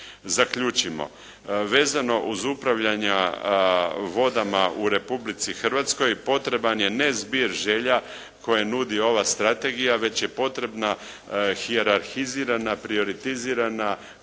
Zaključimo. Vezano uz upravljanja vodama u Republici Hrvatskoj potreban je ne zbir želja koje nudi ova strategija, već je potrebna hijerarhizirana, priotizirana,